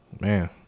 man